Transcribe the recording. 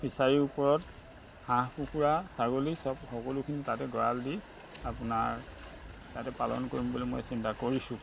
ফিচাৰীৰ ওপৰত হাঁহ কুকুৰা ছাগলী চব সকলোখিনি তাতে গঁৰাল দি আপোনাৰ তাতে পালন কৰিম বুলি মই চিন্তা কৰিছোঁ